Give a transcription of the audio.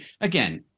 Again